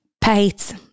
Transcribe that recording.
Pate